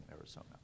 Arizona